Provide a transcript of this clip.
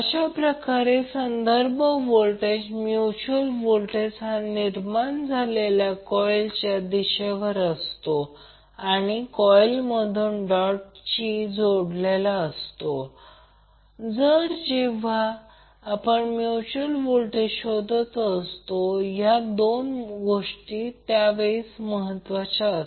अशाप्रकारे संदर्भ polarity mutual voltage हा निर्माण झालेल्या करंटच्या दिशेवर असतो आणि कॉइल मधून डॉटशी जोडलेला असतो तर जेव्हा आपण म्यूच्यूअल व्होल्टेज शोधत असतो या दोन गोष्टी महत्त्वाच्या आहेत